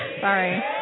Sorry